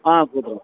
ஆ கூட்டு வாங்க